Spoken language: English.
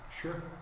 Sure